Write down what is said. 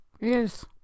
Yes